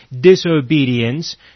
disobedience